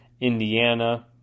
Indiana